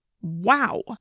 wow